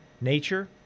nature